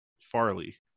Farley